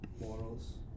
Morals